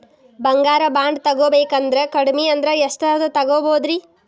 ಬಂಗಾರ ಬಾಂಡ್ ತೊಗೋಬೇಕಂದ್ರ ಕಡಮಿ ಅಂದ್ರ ಎಷ್ಟರದ್ ತೊಗೊಬೋದ್ರಿ?